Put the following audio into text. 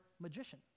magician